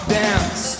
dance